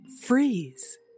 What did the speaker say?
Freeze